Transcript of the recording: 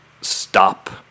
stop